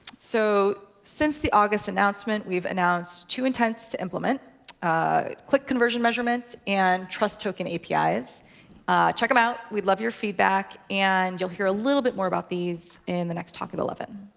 so since the august announcement, we've announced two intents to implement click conversion measurement and trust token apis. check them out. we'd love your feedback. and you'll hear a little bit more about these in the next talk at eleven